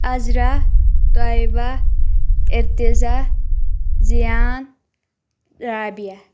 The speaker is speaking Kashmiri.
عذرا طیبہ ارتضۍٰ زیان رابیہ